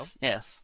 yes